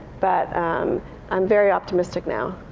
but um i'm very optimistic now.